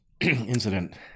incident